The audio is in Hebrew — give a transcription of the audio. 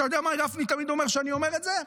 אתה יודע מה גפני תמיד אומר כשאני אומר את זה?